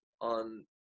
on